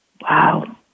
wow